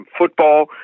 football